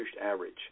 average